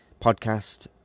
podcast